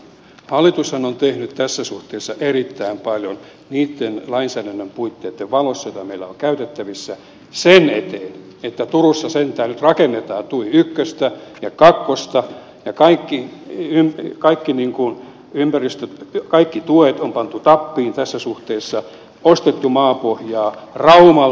hallitushan on tehnyt tässä suhteessa erittäin paljon niitten lainsäädännön puitteitten valossa joita meillä on käytettävissä sen eteen että turussa sentään nyt rakennetaan tui ykköstä ja kakkosta ja kaikki mihin kaikki niinkuin ympäristö kaikki tuet on pantu tappiin tässä suhteessa ostettu maapohjaa raumalta